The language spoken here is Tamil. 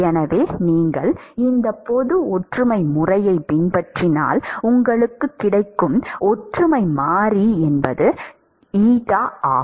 எனவே நீங்கள் இந்த பொது ஒற்றுமை முறையைப் பின்பற்றினால் உங்களுக்குக் கிடைக்கும் ஒற்றுமை மாறி ஆகும்